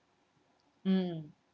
um